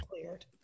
cleared